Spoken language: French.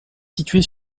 située